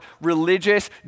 religious